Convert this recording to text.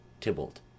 Tybalt